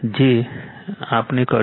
જે આપણે કર્યું છે